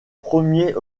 premiers